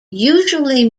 usually